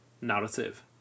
narrative